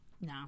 No